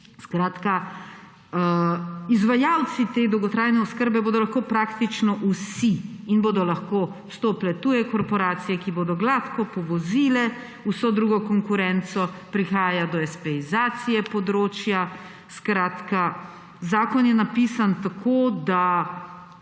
oskrbi. Izvajalci te dolgotrajne oskrbe bodo lahko praktično vsi in bodo lahko vstopile tuje korporacije, ki bodo gladko povozile vso drugo konkurenco. Prihaja do espeizacije področja. Skratka, zakon je napisan tako, da